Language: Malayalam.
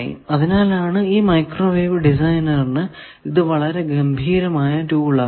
അതിനാലാണ് മൈക്രോവേവ് ഡിസൈനറിനു ഇത് വളരെ ഗംഭീരമായ ടൂൾ ആകുന്നത്